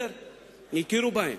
הכירו בהם.